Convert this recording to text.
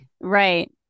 Right